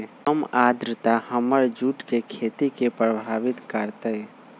कम आद्रता हमर जुट के खेती के प्रभावित कारतै?